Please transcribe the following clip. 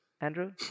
Andrew